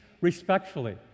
respectfully